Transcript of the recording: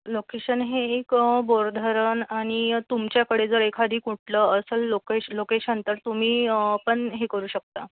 location हे एक बोरधरण आणि तुमच्याकडे जर एखादी कुठलं असंल लोकेश लोकेशन तुम्ही पण हे करू शकता